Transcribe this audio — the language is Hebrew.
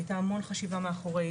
הייתה המון חשיבה מאחורי זה.